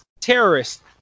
terrorists